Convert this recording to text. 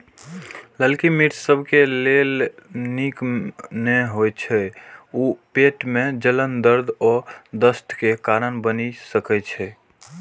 ललकी मिर्च सबके लेल नीक नै होइ छै, ऊ पेट मे जलन, दर्द आ दस्त के कारण बनि सकै छै